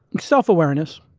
self-awareness.